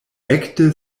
ekde